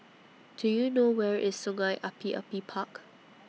Do YOU know Where IS Sungei Api Api Park